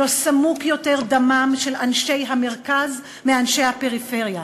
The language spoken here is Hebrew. לא סמוק יותר דמם של אנשי המרכז משל אנשי הפריפריה,